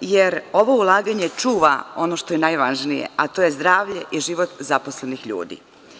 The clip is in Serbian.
jer ovo ulaganje čuva ono što je najvažnije, a to je zdravlje i život zaposlenih ljudi.